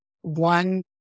one